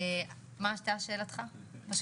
מה